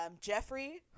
Jeffrey